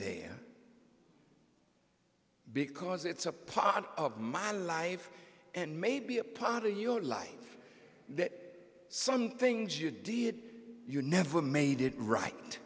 there because it's a part of my life and maybe a part of your life that some things you did you never made it right